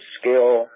skill